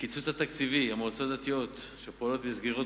הקיצוץ התקציבי במועצות הדתיות שפועלות במסגרות